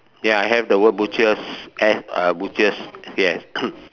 ya I have the word butchers uh butchers yes